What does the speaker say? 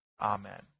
Amen